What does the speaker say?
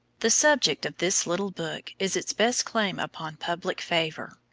the subject of this little book is its best claim upon public favor.